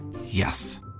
Yes